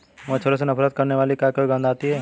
मच्छरों से नफरत करने वाली क्या कोई गंध आती है?